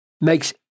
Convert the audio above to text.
makes